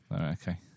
okay